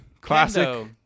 classic